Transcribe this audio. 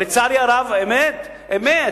ולצערי הרב, האמת, אז השמאל סירב?